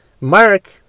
Mark